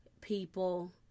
people